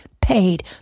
paid